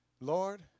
Lord